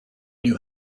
new